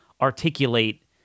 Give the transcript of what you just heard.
articulate